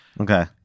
Okay